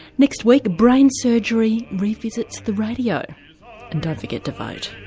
next week, brain surgery revisits the radio and don't forget to vote!